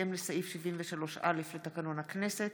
בהתאם לסעיף 73(א) לתקנון הכנסת,